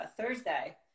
Thursday